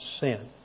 sin